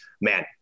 man